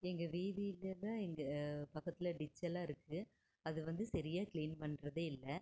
எங்கள் வீதிகிட்டே தான் இங்கே பக்கத்தில் டிச்செல்லாம் இருக்கு அது வந்து சரியாக கிளீன் பண்ணுறதே இல்லை